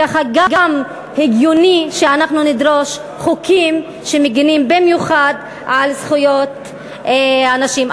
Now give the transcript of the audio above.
ככה גם הגיוני שאנחנו נדרוש חוקים שמגינים במיוחד על זכויות הנשים.